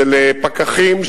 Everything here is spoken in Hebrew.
של פקחים,